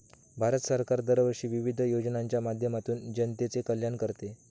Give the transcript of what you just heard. भारत सरकार दरवर्षी विविध योजनांच्या माध्यमातून जनतेचे कल्याण करते